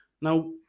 Now